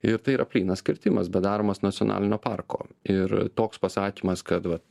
ir tai yra plynas kirtimas bet daromas nacionalinio parko ir toks pasakymas kad va